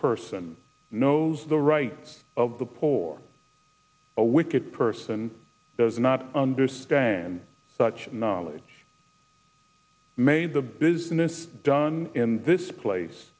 person knows the right of the poor a wicked person does not understand such knowledge made the business done in this place